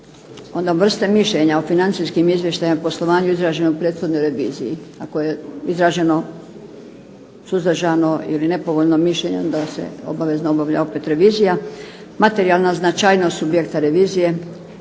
vrste mišljenja o financijskim izvještajima o poslovanju izraženom u prethodnoj reviziji. Ako je izraženo suzdržano ili nepovoljno mišljenje onda se obavezno obavlja opet revizija. Materijalna značajnost subjekta revizije,